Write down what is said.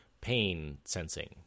pain-sensing